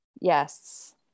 Yes